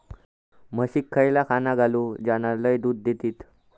म्हशीक खयला खाणा घालू ज्याना लय दूध देतीत?